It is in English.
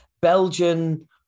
Belgian